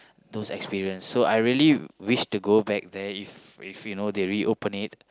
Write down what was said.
those experience so I realy wish to go back there if if you know they reopen it